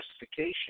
justification